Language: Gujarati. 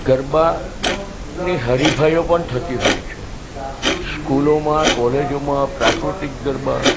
ગરબાની હરીફાઈઓ પણ થતી હોય છે સ્કૂલોમાં કોલેજોમાં પ્રાકૃતિક ગરબા